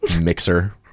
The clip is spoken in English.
mixer